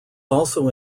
also